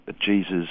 Jesus